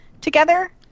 together